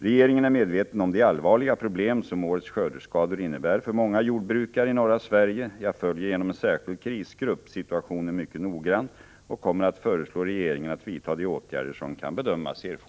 Regeringen är medveten om de allvarliga problem som årets skördeskador innebär för många jordbrukare i norra Sverige. Jag följer genom en särskild krisgrupp situationen mycket noggrant och kommer att föreslå regeringen att vidta de åtgärder som kan bedömas erforderliga.